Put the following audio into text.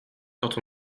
quand